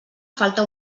falta